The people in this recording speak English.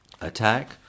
attack